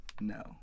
No